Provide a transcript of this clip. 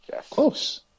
Close